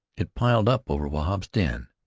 it piled up over wahb's den,